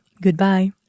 Goodbye